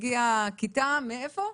הגיעה כיתה מליד"ה.